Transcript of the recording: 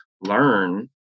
learn